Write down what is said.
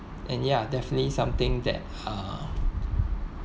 and ya definitely something that uh